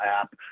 app